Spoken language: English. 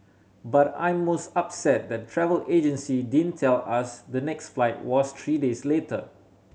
but I'm most upset that the travel agency didn't tell us the next flight was three days later